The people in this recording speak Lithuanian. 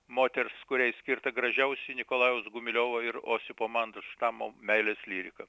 moters kuriai skirta gražiausi nikolajaus gumiliovo ir osipo mandelštamo meilės lyrika